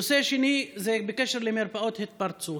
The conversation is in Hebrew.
הנושא השני זה בקשר למרפאות ההתפרצות.